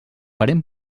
farem